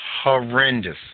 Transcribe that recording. horrendous